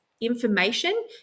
information